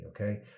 okay